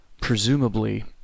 Presumably